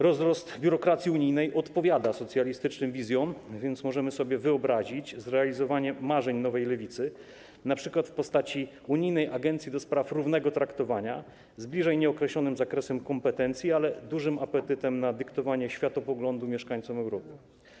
Rozrost biurokracji unijnej odpowiada socjalistycznym wizjom, więc możemy sobie wyobrazić zrealizowanie marzeń Nowej Lewicy np. w postaci unijnej agencji do spraw równego traktowania z bliżej nieokreślonym zakresem kompetencji, ale z dużym apetytem na dyktowanie światopoglądu mieszkańcom Europy.